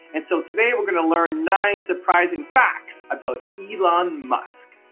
and so, today we're going to learn nine surprising facts about elon musk.